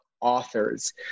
authors